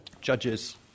judges